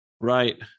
Right